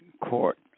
court